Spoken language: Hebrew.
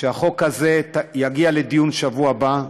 שהחוק הזה יגיע לדיון בשבוע הבא,